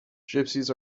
gypsies